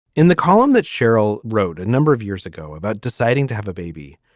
in the column that cheryl wrote a number of years ago about deciding to have a baby.